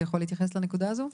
אתה יכול להתייחס לנקודה הזו?